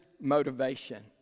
motivation